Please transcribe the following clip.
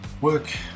work